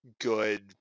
good –